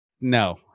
No